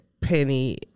penny